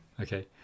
Okay